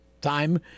time